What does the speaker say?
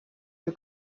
you